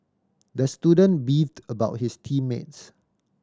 the student beefed about his team mates